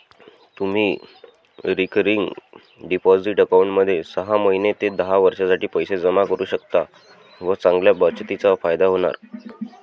तुम्ही recurring deposit अकाउंटमध्ये सहा महिने ते दहा वर्षांसाठी पैसे जमा करू शकता व चांगल्या बचतीचा फायदा होणार